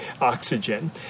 oxygen